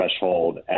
threshold